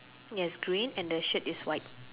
yes green and the shirt is white